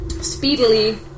speedily